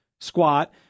squat